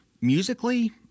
Musically